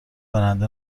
برنده